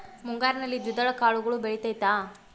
ಮುಂಗಾರಿನಲ್ಲಿ ದ್ವಿದಳ ಕಾಳುಗಳು ಬೆಳೆತೈತಾ?